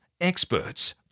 experts